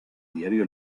diario